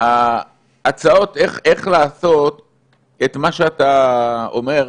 הצעות איך לעשות את מה שאתה אומר,